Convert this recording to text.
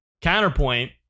counterpoint